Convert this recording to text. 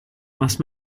must